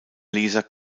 leser